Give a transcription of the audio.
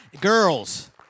girls